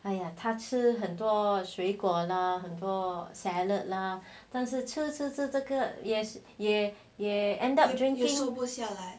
!aiya! 他吃很多水果 lah 很多 salad lah 但是吃吃吃个也也也 end up during